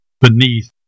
beneath